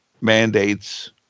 mandates